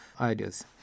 ideas